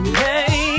hey